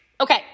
okay